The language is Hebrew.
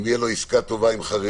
אם תהיה לו עסקה טובה עם חרדים,